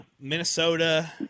Minnesota